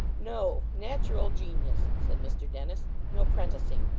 no. natural genius said mr dennis. no prenticing.